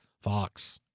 Fox